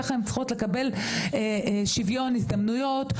ככה הן צריכות לקבל שוויון הזדמנויות,